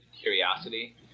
curiosity